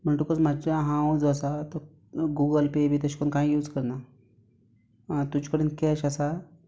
म्हणटकच मातशें हांव जो आसां तो गुगल पे बी तेशकून काय यूज करना आं तूज कडेन कॅश आसा